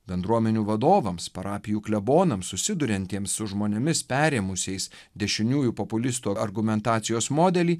bendruomenių vadovams parapijų klebonams susiduriantiems su žmonėmis perėmusiais dešiniųjų populistų argumentacijos modelį